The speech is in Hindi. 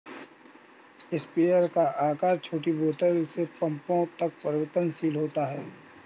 स्प्रेयर का आकार छोटी बोतल से पंपों तक परिवर्तनशील होता है